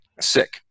sick